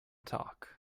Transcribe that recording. talk